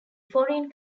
foreign